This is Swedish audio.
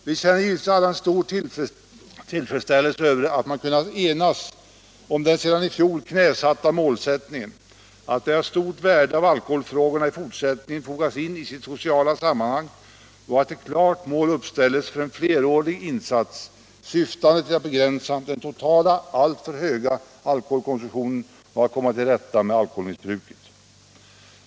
Vi känner givetvis alla en stor tillfredsställelse över att man kunnat enas om den sedan i fjol knäsatta målsättningen att det är av stort värde att alkoholfrågorna i fortsättningen fogas in i sitt sociala sammanhang och att ett klart mål uppställs för en flerårig insats syftande till att begränsa den totala, alltför höga alkoholkonsumtionen och att komma till rätta med alkoholmissbruket.